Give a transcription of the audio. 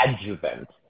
adjuvant